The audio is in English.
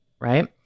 right